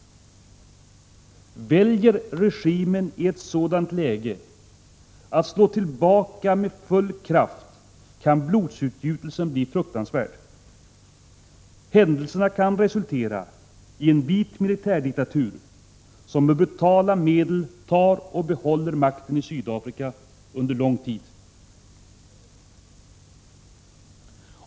Väljer regimen i ett sådant läge att slå tillbaka med full kraft, kan blodsutgjutelsen bli fruktansvärd. Händelserna kan resultera i en vit militärdiktatur som med brutala medel tar och behåller makten i Sydafrika under lång tid.